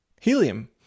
helium